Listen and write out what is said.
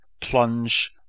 plunge